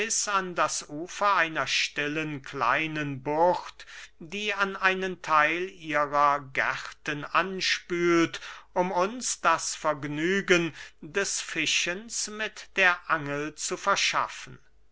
an das ufer einer stillen kleinen bucht die an einen theil ihrer gärten anspült um uns das vergnügen des fischens mit der angel zu verschaffen